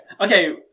Okay